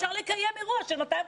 אפשר לקיים אירוע של 250